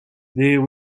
there